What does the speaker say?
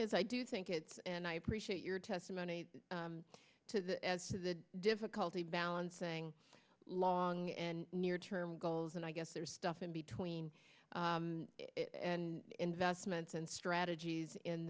is i do think it's and i appreciate your testimony to that as to the difficulty balancing long and near term goals and i guess there's stuff in between and investments and strategies in